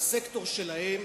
לסקטור שלהן?